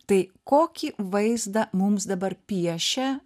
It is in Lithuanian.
tai kokį vaizdą mums dabar piešia